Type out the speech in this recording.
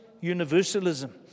universalism